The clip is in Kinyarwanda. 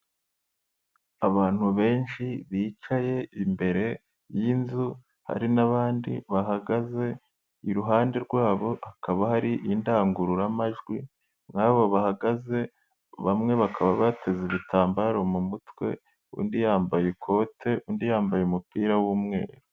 Abantu benshi bicaye imbere y'inzu hari n'abandi bahagaze iruhande rwabo, hakaba hari indangururamajwi nk'aba bahagaze bamwe bakaba bateze ibitambaro mu mutwe, undi yambaye ikote undi yambaye umupira w'umweru.